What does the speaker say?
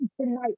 tonight